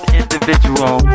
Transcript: individual